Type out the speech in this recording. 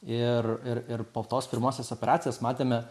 ir ir ir po tos pirmosios operacijos matėme